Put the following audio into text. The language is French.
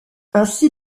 ainsi